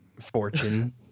fortune